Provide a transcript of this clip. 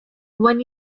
when